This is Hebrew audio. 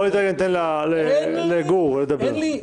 אבל בוא ניתן לגור לדבר.